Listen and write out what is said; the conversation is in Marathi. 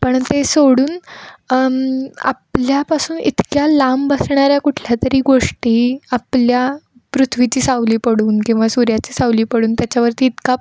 पण ते सोडून आपल्यापासून इतक्या लांब असणाऱ्या कुठल्या तरी गोष्टी आपल्या पृथ्वीची सावली पडून किंवा सूर्याची सावली पडून त्याच्यावरती इतका